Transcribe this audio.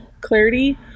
clarity